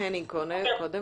כל,